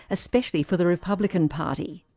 especially for the republican party.